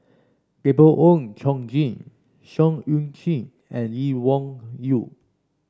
Gabriel Oon Chong Jin Seah Eu Chin and Lee Wung Yew